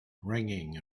ringing